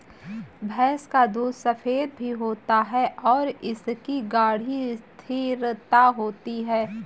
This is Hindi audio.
भैंस का दूध सफेद भी होता है और इसकी गाढ़ी स्थिरता होती है